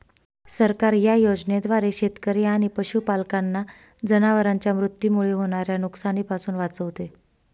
सरकार या योजनेद्वारे शेतकरी आणि पशुपालकांना जनावरांच्या मृत्यूमुळे होणाऱ्या नुकसानीपासून वाचवते